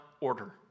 order